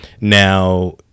Now